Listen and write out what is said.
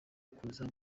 kuza